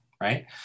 Right